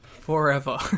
Forever